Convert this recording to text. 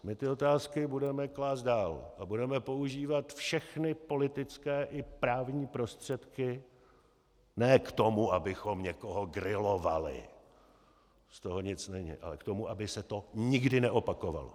My ty otázky budeme klást dál a budeme používat všechny politické i právní prostředky ne k tomu, abychom někoho grilovali, z toho nic není, ale k tomu, aby se to nikdy neopakovalo.